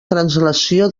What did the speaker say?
translació